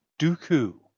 Dooku